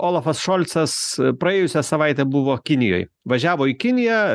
olafas šolcas praėjusią savaitę buvo kinijoj važiavo į kiniją